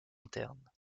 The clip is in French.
internes